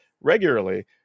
regularly